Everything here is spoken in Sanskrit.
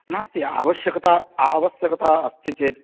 नास्ति आवश्यकता आवश्यकता अस्ति चेत्